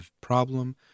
problem